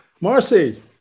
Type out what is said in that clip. marcy